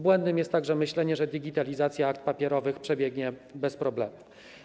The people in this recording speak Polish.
Błędem jest także myślenie, że digitalizacja akt papierowych przebiegnie bez problemów.